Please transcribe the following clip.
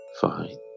fine